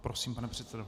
Prosím, pane předsedo.